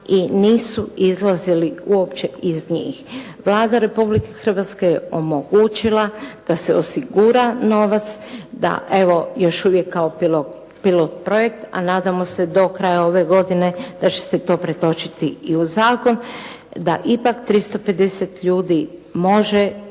i nisu izlazili uopće iz njih. Vlada Republike Hrvatske je omogućila da se osigura novac, da evo još uvijek kao pilot projekt, a nadamo se do kraja ove godine da će se to pretočiti i u zakon, da ipak 350 ljudi može